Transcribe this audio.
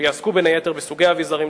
שיעסקו בין היתר בסוגי האביזרים,